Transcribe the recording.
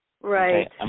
Right